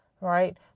right